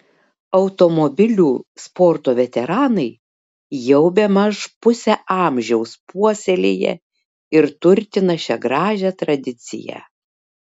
automobilių sporto veteranai jau bemaž pusę amžiaus puoselėja ir turtina šią gražią tradiciją